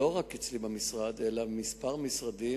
לא רק אצלי במשרד, אלא בכמה משרדים,